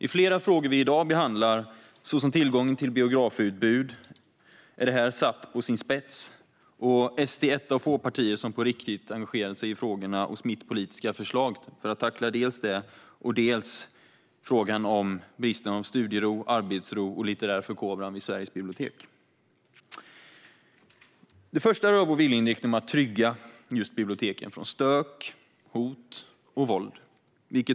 I flera frågor vi behandlar, såsom tillgången till biografer, ställs detta på sin spets. SD är ett av få partier som på riktigt engagerat sig i frågorna och smitt politiska förslag för att tackla dels tillgången till biografer, dels bristen på studiero, arbetsro och litterär förkovran vid Sveriges bibliotek. Det sistnämnda rör vår viljeinriktning att trygga biblioteken från stök, hot och våld.